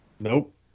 Nope